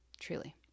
truly